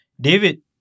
David